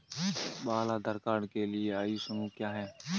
बाल आधार कार्ड के लिए आयु समूह क्या है?